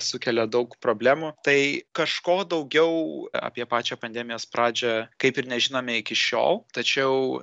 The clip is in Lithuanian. sukelia daug problemų tai kažko daugiau apie pačią pandemijos pradžią kaip ir nežinome iki šiol tačiau